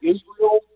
Israel